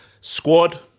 squad